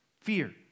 Fear